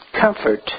comfort